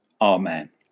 Amen